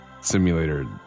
Simulator